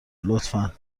لطفا